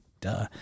Duh